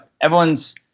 everyone's